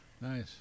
Nice